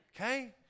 Okay